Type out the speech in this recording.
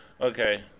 Okay